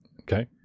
Okay